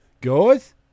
Guys